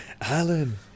Alan